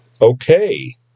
Okay